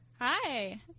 Hi